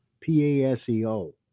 P-A-S-E-O